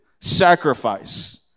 sacrifice